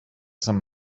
some